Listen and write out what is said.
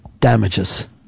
damages